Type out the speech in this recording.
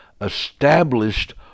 established